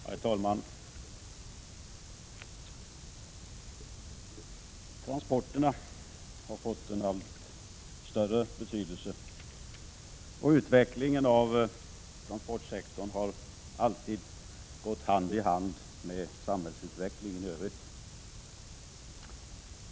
Herr talman! Transporterna har fått en allt större betydelse, och utvecklingen av transportsektorn har alltid gått hand i hand med samhällsutvecklingen i övrigt.